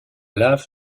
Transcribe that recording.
lave